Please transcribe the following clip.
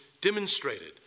demonstrated